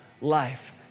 life